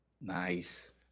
Nice